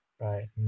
right